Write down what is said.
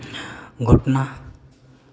ᱜᱷᱚᱴᱱᱟ